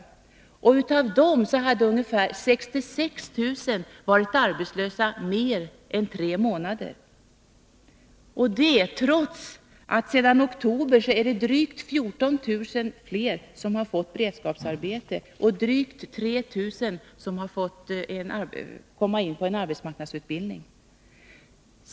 Av dem hade ungefär 66 000 varit utan arbete i mer än tre månader, detta trots att sedan oktober drygt 14000 har fått ett beredskapsarbete och drygt 3 000 har fått komma in på arbetsmarknadsutbildning.